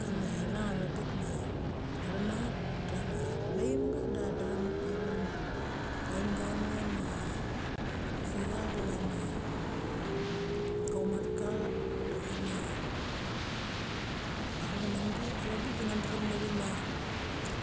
Kama ithang a vang bik ma ngia thek ma nget, de chama vaemga da cha drem a vethin. Vaemga chenechama pusicha de chama kaumatka de chama chlemengi avang bik de ngcha drem ngchima